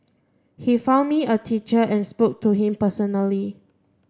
he found me a teacher and spoke to him personally